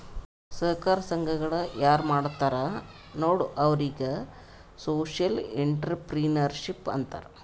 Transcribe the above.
ಸಹಕಾರ ಸಂಘಗಳ ಯಾರ್ ಮಾಡ್ತಾರ ನೋಡು ಅವ್ರಿಗೆ ಸೋಶಿಯಲ್ ಇಂಟ್ರಪ್ರಿನರ್ಶಿಪ್ ಅಂತಾರ್